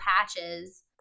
patches